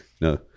no